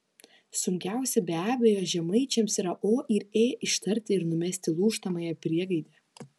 sunkiausi be abejo žemaičiams yra o ir ė ištarti ir numesti lūžtamąją priegaidę